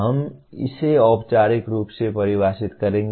हम इसे औपचारिक रूप से परिभाषित करेंगे